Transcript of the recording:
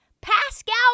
Pascal